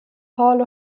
hall